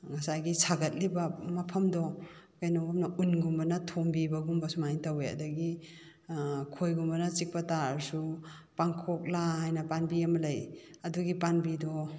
ꯉꯁꯥꯏꯒꯤ ꯁꯥꯒꯠꯂꯤꯕ ꯃꯐꯝꯗꯣ ꯀꯩꯅꯣꯒꯨꯝꯅ ꯎꯟꯒꯨꯝꯕꯅ ꯊꯣꯝꯕꯤꯕꯒꯨꯝꯕ ꯁꯨꯃꯥꯏꯅ ꯇꯧꯋꯦ ꯑꯗꯒꯤ ꯈꯣꯏꯒꯨꯝꯕꯅ ꯆꯤꯛꯄ ꯇꯥꯔꯁꯨ ꯄꯥꯡꯈꯣꯛꯂꯥ ꯍꯥꯏꯅ ꯄꯥꯝꯕꯤ ꯑꯃ ꯂꯩ ꯑꯗꯨꯒꯤ ꯄꯥꯝꯕꯤꯗꯣ